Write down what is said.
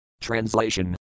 Translation